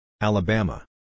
Alabama